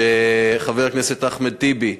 חבר הכנסת אחמד טיבי,